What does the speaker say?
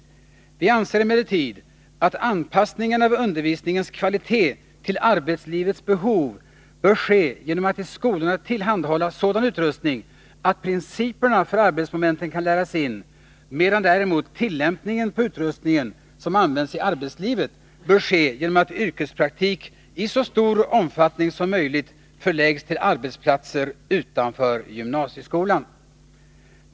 Vi anser emellertid att anpassningen av undervisningens kvalitet till arbetslivets behov bör ske genom att i skolorna sådan utrustning tillhandahålls att principerna för arbetsmomenten kan läras in, medan däremot tillämpningen på utrustning som används i arbetslivet bör ske genom att yrkespraktik i så stor omfattning som möjligt förläggs till arbetsplatser utanför gymnasieskolan.